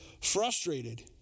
frustrated